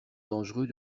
dangereux